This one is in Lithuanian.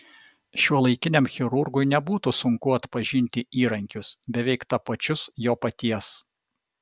šiuolaikiniam chirurgui nebūtų sunku atpažinti įrankius beveik tapačius jo paties